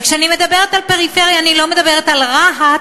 וכשאני מדברת על פריפריה אני לא מדברת על רהט,